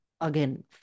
Again